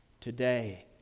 Today